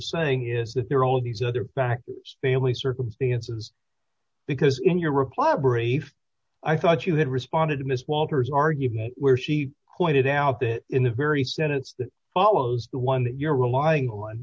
saying is that there are all these other backers family circumstances because in your reply brief i thought you had responded to miss walters argument where she pointed out that in the very sentence that follows the one that you're relying on